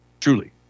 Truly